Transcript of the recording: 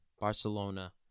Barcelona